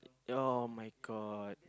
[oh]-my-god